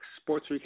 Sports